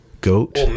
goat